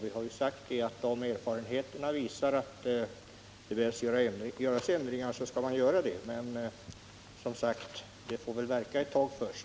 Vi har sagt att om erfarenheterna visar att ändringar behövs skall sådana göras — men systemet får väl fungera en tid först.